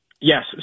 Yes